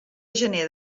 gener